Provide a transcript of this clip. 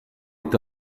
est